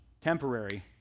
Temporary